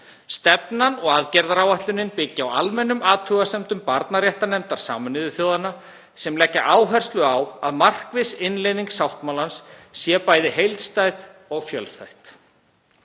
Stefnan og aðgerðaáætlunin byggja á almennum athugasemdum barnaréttarnefndar Sameinuðu þjóðanna sem leggja áherslu á að markviss innleiðing sáttmálans sé bæði heildstæð og fjölþætt.